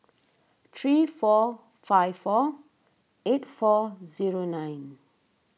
three four five four eight four zero nine